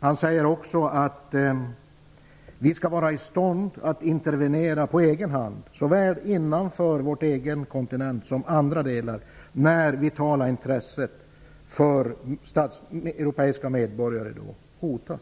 Han säger också att vi skall vara i stånd att intervenera på egen hand, såväl inom vår egen kontinent som i andra delar när det vitala intresset för europeiska medborgare hotas.